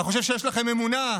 אתה חושב שיש לכם אמונה?